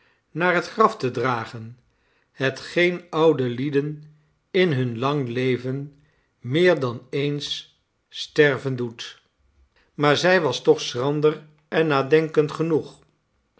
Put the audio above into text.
naar het graf te dragen hetgeen oude lieden in hun lang leven meer dan eens sterven doet maar zy was toch schrander en nadenkend genoeg